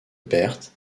perte